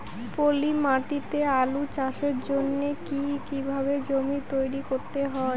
পলি মাটি তে আলু চাষের জন্যে কি কিভাবে জমি তৈরি করতে হয়?